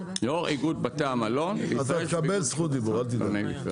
אז תקבל זכות דיבור, אל תדאג.